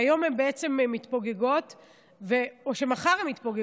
בעצם, היום הן מתפוגגות, או שמחר הן מתפוגגות.